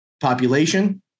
population